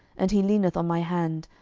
and he leaneth on my hand,